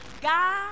God